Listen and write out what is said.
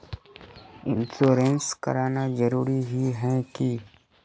Insurance कराना जरूरी ही है की?